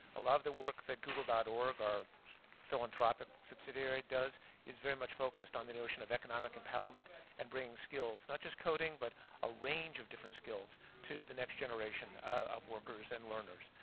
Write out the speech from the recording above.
a lot of the work that google org, our philanthropic subsidiary, does is very much focused on the notion of economic empowerment and bringing skills, not just coding but a range of different skills to the next generation of workers and learners.